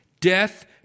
Death